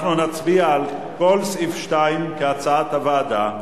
אנחנו נצביע על כל סעיף 2 כהצעת הוועדה.